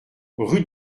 rue